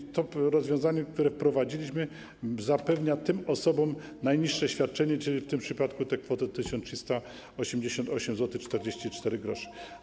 I to rozwiązanie, które wprowadziliśmy, zapewnia tym osobom najniższe świadczenie, czyli w tym przypadku kwotę 1388,44 zł.